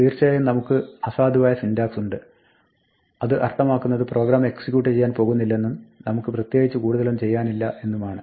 തീർച്ചായായും നമുക്ക് അസാധുവായ സിന്റാക്സ് ഉണ്ട് അത് അർത്ഥമാക്കുന്നത് പ്രോഗ്രാം എക്സിക്യൂട്ട് ചെയ്യാൻ പോകുന്നില്ലെന്നും നമുക്ക് പ്രത്യേകിച്ച് കൂടുതലൊന്നും ചെയ്യാനില്ല എന്നുമാണ്